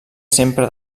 sempre